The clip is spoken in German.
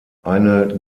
eine